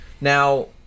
Now